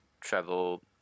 travel